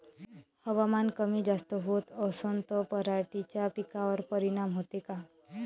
हवामान कमी जास्त होत असन त पराटीच्या पिकावर परिनाम होते का?